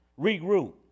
regroup